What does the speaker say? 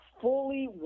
fully